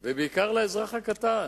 ובעיקר לאזרח הקטן.